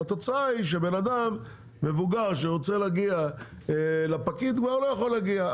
התוצאה היא שבן אדם מבוגר שרוצה להגיע לפקיד כבר לא יכול להגיע.